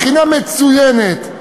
מכינה מצוינת.